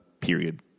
period